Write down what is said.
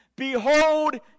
Behold